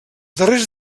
darrers